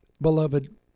Beloved